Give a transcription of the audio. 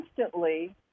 instantly